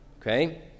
Okay